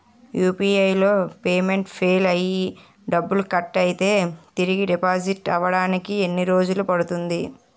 UPI లో payment fail అయ్యి డబ్బులు కట్ అయితే తిరిగి డిపాజిట్ అవ్వడానికి ఎన్ని రోజులు పడుతుంది?